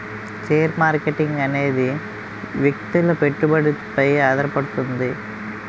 share marketing అనేది వ్యక్తుల పెట్టుబడిపై ఆధారపడుతది